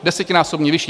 Desetinásobně vyšší!